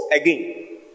again